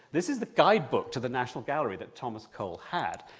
this is the guidebook to the national gallery that thomas cole had.